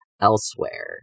elsewhere